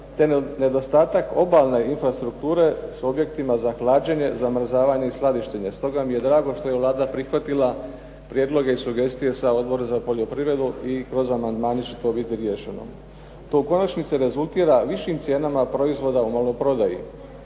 te nedostatak obalne infrastrukture s objektima za hlađenje, zamrzavanje i skladištenje. Stoga mi je drago što je Vlada prihvatila prijedloge i sugestije sa Odbora za poljoprivredu i kroz amandmane će to biti riješeno. To u konačnici rezultira višim cijenama proizvoda u maloprodaji.